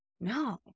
No